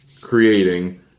creating